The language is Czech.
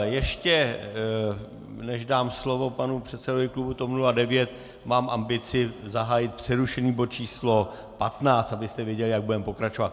Ještě než dám slovo panu předsedovi klubu TOP 09 mám ambici zahájit přerušený bod číslo 15, abyste věděli, jak budeme pokračovat.